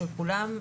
זה לא שחור או לבן.